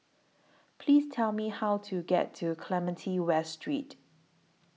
Please Tell Me How to get to Clementi West Street